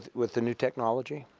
with the new technology?